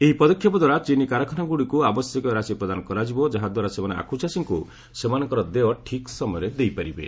ଏହି ପଦକ୍ଷେପ ଦ୍ୱାରା ଚିନି କାରଖାନାଗୁଡ଼ିକୁ ଆବଶ୍ୟକୀୟ ରାଶି ପ୍ରଦାନ କରାଯିବ ଯାହାଦ୍ୱାରା ସେମାନେ ଆଖୁଚାଷୀମାନଙ୍କୁ ସେମାନଙ୍କର ଦେୟ ଠିକ୍ ସମୟରେ ଦେଇପାରିବେ